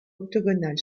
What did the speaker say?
octogonale